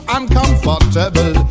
uncomfortable